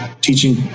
teaching